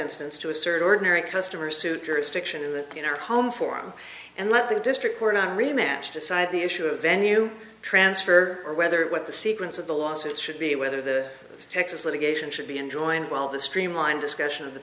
instance to assert ordinary customers who jurisdiction and that in our home form and let the district we're not rematch decide the issue of venue transfer or whether what the sequence of the lawsuits should be whether the texas litigation should be enjoined while the streamlined discussion of the